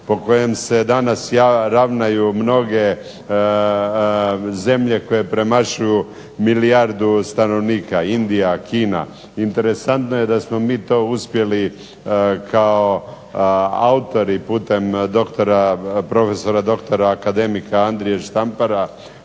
po kojem se danas ravnaju mnoge zemlje koje premašuju milijardu stanovnika, Indija, Kina. Interesantno je da smo mi to uspjeli kao autori putem doktora, profesora, doktora, akademika Andrije Štampara